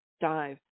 dive